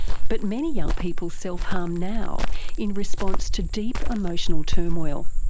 but many young people self-harm now in response to deep emotional turmoil.